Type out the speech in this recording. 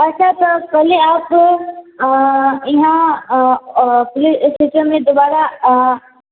अच्छा अच्छा पहिले आप तो तऽ इहाँ अऽ अऽ पुलिस स्टेशन मे दुबारा अऽ